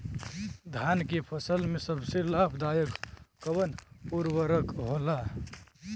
धान के फसल में सबसे लाभ दायक कवन उर्वरक होला?